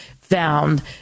found